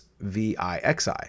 VIXI